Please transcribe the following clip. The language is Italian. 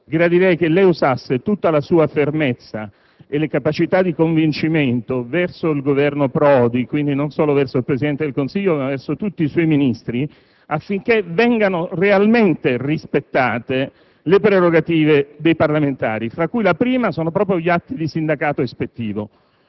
gradirei che lei usasse tutta la sua fermezza e le sue capacità di convincimento verso il Governo Prodi, quindi non solo verso il Presidente del Consiglio ma verso tutti i suoi Ministri, affinché vengano realmente rispettate le prerogative dei parlamentari, tra cui la prima sono proprio gli atti di sindacato ispettivo.